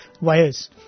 wires